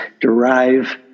derive